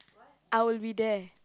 I will be there